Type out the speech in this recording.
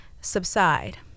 subside